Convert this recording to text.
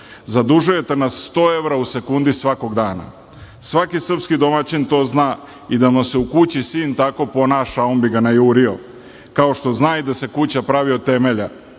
Zadužujete nas 100 evra u sekundi svakog dana. Svaki srpski domaćin to zna i da mu se u kući sin tako ponaša on bi ga najurio, kao što zna i da se kuća pravi od temelja.